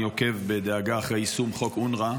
אני עוקב בדאגה אחרי יישום חוק אונר"א,